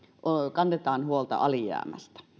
kannetaan huolta alijäämästä